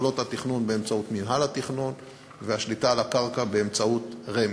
יכולות התכנון באמצעות מינהל התכנון והשליטה על הקרקע באמצעות רמ"י.